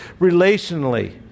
relationally